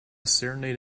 serenade